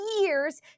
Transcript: years